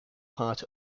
part